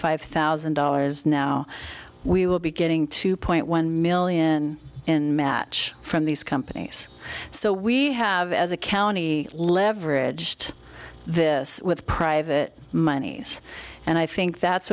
five thousand dollars now we i will be getting two point one million in match from these companies so we have as a county leverage to this with private monies and i think that's